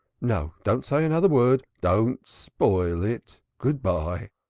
no! don't say another word! don't spoil it! good-bye.